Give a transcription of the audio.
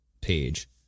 page